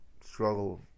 struggle